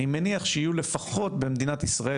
אני מניח שיהיו לפחות במדינת ישראל,